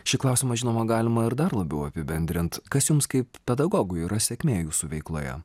šį klausimą žinoma galima ir dar labiau apibendrint kas jums kaip pedagogui yra sėkmė jūsų veikloje